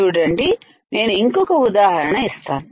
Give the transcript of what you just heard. చూడండి నేను ఇంకొక ఉదాహరణ ఇస్తాను